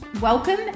welcome